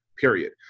period